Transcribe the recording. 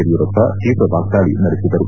ಯಡಿಯೂರಪ್ಪ ತೀವ್ರ ವಾಗ್ದಾಳಿ ನಡೆಸಿದರು